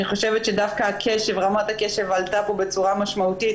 אני חושבת שדווקא רמת הקשב עלתה פה בצורה משמעותית.